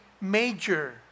major